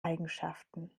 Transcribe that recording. eigenschaften